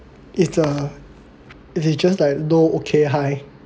it's a it is just like no okay hi